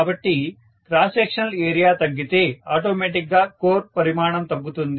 కాబట్టి cross sectional area తగ్గితే automatic గా కోర్ పరిమాణం తగ్గుతుంది